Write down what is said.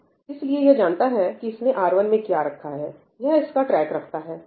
इसलिए यह जानता है कि इसने R1 में क्या रखा है यह इसका ट्रैक रखता है